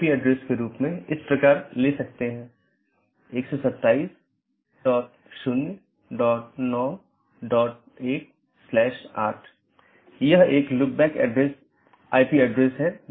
AS के भीतर इसे स्थानीय IGP मार्गों का विज्ञापन करना होता है क्योंकि AS के भीतर यह प्रमुख काम है